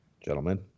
Gentlemen